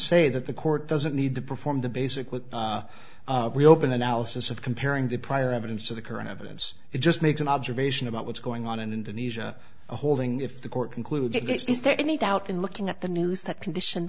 say that the court doesn't need to perform the basic with open analysis of comparing the prior evidence to the current evidence it just makes an observation about what's going on in indonesia a holding if the court concluded based is there any doubt in looking at the news that condition